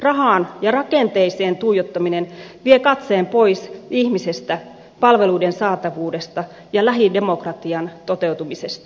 rahaan ja rakenteisiin tuijottaminen vie katseen pois ihmisestä palveluiden saatavuudesta ja lähidemokratian toteutumisesta